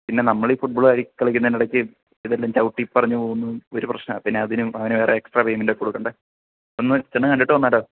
പിന്നെ നമ്മൾ ഈ ഫുട്ബിള്ളാർ കളിക്കുന്നതിനിടക്ക് ഇതെല്ലാം ചവിട്ടിപ്പറിഞ്ഞ് പോകുന്നതും ഒരു പ്രശ്നമാണ് പിന്നതിനും അവന് വേറെ എക്സ്ട്രാ പേമെൻറ്റക്കെ കൊടുക്കണ്ടേ ഒന്ന് ചെന്ന് കണ്ടിട്ട് വന്നാലോ